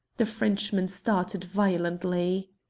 the frenchman started violently.